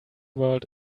world